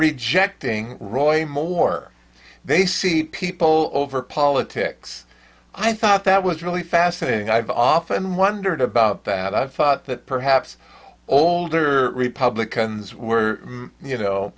rejecting roy moore they see people over politics i thought that was really fascinating i've often wondered about that i thought that perhaps older republicans were you know